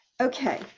Okay